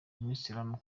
umuyisilamu